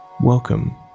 welcome